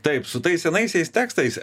taip su tais senaisiais tekstais